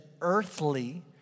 earthly